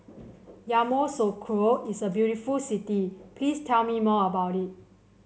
Yamoussoukro is a very beautiful city please tell me more about it